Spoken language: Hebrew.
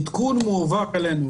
עדכון מועבר אלינו.